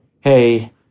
hey